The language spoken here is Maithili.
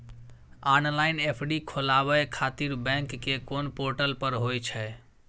ऑनलाइन एफ.डी खोलाबय खातिर बैंक के कोन पोर्टल पर होए छै?